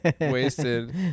wasted